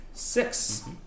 Six